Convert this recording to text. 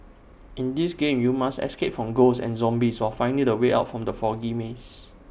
in this game you must escape from ghosts and zombies while finding the way out from the foggy maze